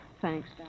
Thanks